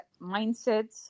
mindsets